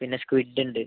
പിന്നെ സ്ക്വിഡ് ഉണ്ട്